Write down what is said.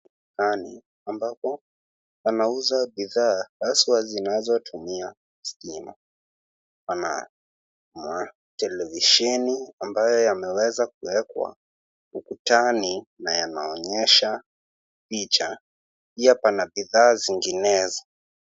Dukani ambapo wanauza bidhaa hasaa zinazotumia stima. Pana matelevisheni ambayo yameweza kuwekwa ukutani na yanaonyesha picha, pia pana bidhaa zinginezo.